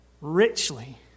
Richly